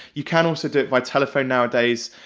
you can also do it by telephone nowadays,